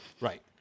Right